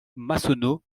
massonneau